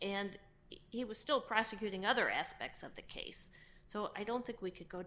and he was still prosecuting other aspects of the case so i don't think we could go